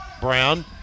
Brown